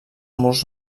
murs